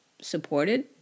supported